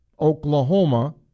Oklahoma